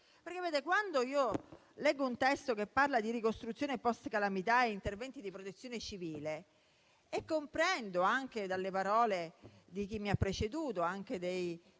perché leggo un testo che parla di ricostruzione post-calamità e interventi di protezione civile e comprendo anche dalle parole di chi mi ha preceduto, anche dei